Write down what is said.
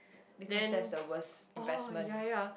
because that's the worst investment